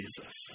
Jesus